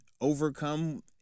overcome